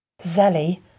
Zelly